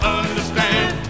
understand